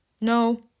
No